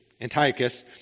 Antiochus